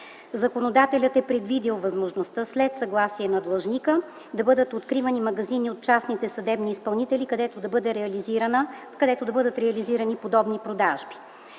Законодателят е предвидил възможността, след съгласие на длъжника, да бъдат откривани магазини от частните съдебни изпълнители, където да бъдат реализирани подобни продажби.